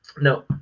No